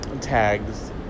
tags